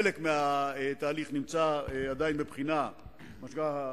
וחלק מהתהליך נמצא עדיין בבחינה של מה שנקרא: